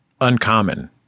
uncommon